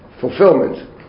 fulfillment